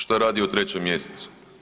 Što je radio u 3. mjesecu?